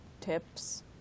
tips